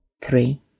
three